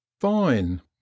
Fine